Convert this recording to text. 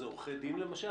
זה עורכי דין למשל?